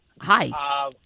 Hi